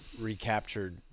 Recaptured